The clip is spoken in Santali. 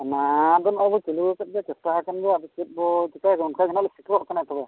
ᱚᱱᱟ ᱫᱚ ᱱᱚᱜᱼᱚᱸᱭ ᱵᱚᱱ ᱪᱟᱹᱞᱩ ᱠᱟᱫ ᱜᱮᱭᱟ ᱪᱮᱥᱴᱟ ᱟᱠᱟᱱ ᱵᱚ ᱟᱫᱚ ᱪᱮᱫ ᱵᱚ ᱪᱤᱠᱟᱹᱭᱟ ᱚᱱᱠᱟ ᱜᱮ ᱦᱟᱜ ᱞᱮ ᱛᱚᱵᱮ